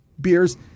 beers